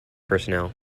personnel